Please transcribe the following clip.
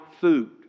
food